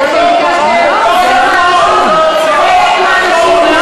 אני קוראת אותך לסדר פעם ראשונה.